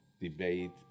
debate